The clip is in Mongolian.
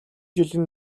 жилийн